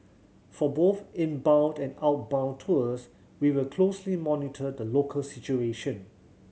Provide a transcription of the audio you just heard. for both inbound and outbound tours we will closely monitor the local situation